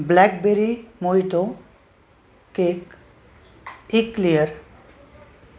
blackberry mojito cake thick layer